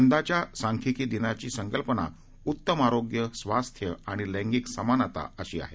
यंदाच्या सांख्यिकी दिनाची संकल्पना उत्तम आरोग्य स्वास्थ्य आणि लैंगिक समानता असं आहे